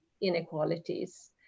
inequalities